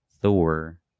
Thor